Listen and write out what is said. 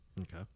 Okay